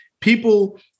people